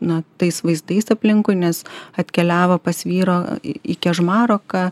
na tais vaizdais aplinkui nes atkeliavo pas vyro į kežmaroką